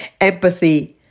empathy